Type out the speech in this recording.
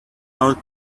out